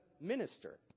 minister